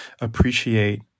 appreciate